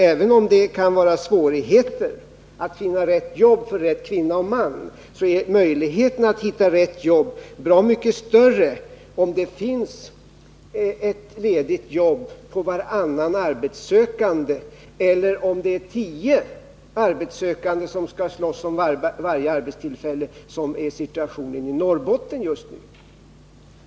Även om det kan vara svårigheter förenade med att finna rätt jobb för de enskilda kvinnorna och männen, är svårigheterna bra mycket större om det finns ett ledigt jobb på varannan arbetssökande än om det är tio arbetssökande som skall slåss om varje arbetstillfälle, såsom situationen är i Norrbotten just nu.